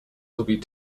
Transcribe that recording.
sowie